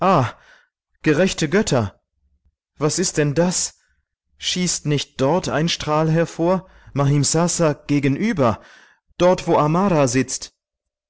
gerechte götter was ist denn das schießt nicht dort eln strahl hervor mahimsasa gegenüber dort wo amara sitzt